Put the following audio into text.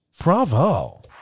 Bravo